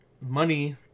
money